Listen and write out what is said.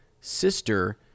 sister